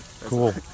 cool